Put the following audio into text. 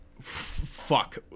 Fuck